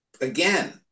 again